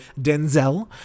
Denzel